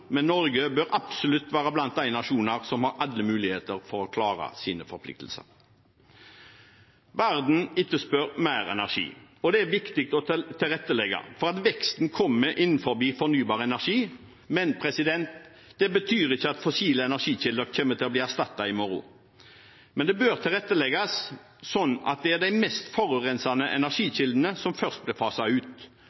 men Norge bør absolutt være blant de nasjoner som har alle muligheter til å klare sine forpliktelser. Verden etterspør mer energi, og det er viktig å tilrettelegge for at veksten kommer innenfor fornybar energi. Det betyr ikke at fossile energikilder kommer til å bli erstattet i morgen, men det bør tilrettelegges slik at det er de mest forurensende